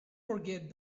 forget